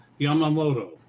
Yamamoto